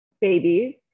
babies